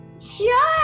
Sure